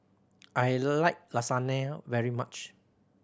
I like Lasagne very much